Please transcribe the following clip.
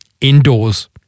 indoors